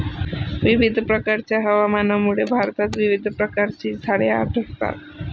विविध प्रकारच्या हवामानामुळे भारतात विविध प्रकारची झाडे आढळतात